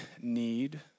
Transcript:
need